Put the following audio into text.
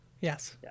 Yes